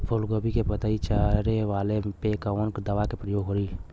फूलगोभी के पतई चारे वाला पे कवन दवा के प्रयोग होई?